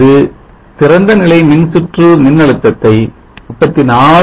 இது திறந்தநிலை மின்சுற்று மின்னழுத்தத்தை 34